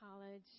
college